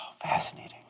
fascinating